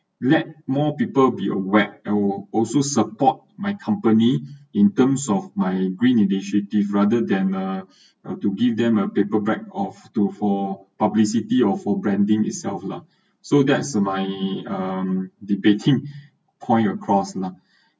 let more people be aware and also support my company in terms of my green initiative rather than uh uh to give them a paper bag of to for publicity or for branding itself lah so that’s my um debate theme point across lah